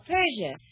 Persia